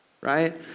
Right